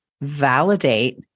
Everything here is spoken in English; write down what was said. validate